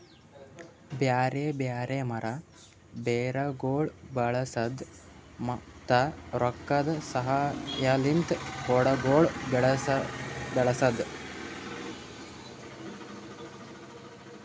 ಬ್ಯಾರೆ ಬ್ಯಾರೆ ಮರ, ಬೇರಗೊಳ್ ಬಳಸದ್, ಮತ್ತ ರೊಕ್ಕದ ಸಹಾಯಲಿಂತ್ ಕಾಡಗೊಳ್ ಬೆಳಸದ್